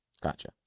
Gotcha